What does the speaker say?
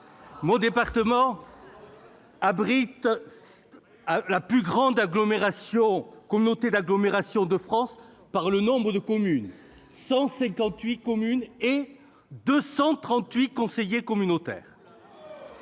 Mon département abrite la plus grande communauté d'agglomération de France par le nombre de communes membres : 158, pour 238 conseillers communautaires.